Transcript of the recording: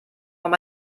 noch